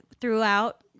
throughout